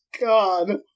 God